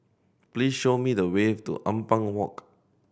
please show me the way to Ampang Walk